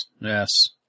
Yes